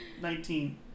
Nineteen